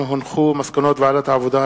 מסקנות ועדות העבודה,